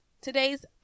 today's